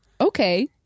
Okay